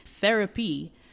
Therapy